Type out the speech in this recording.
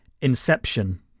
Inception